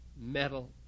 metal